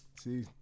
See